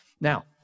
Now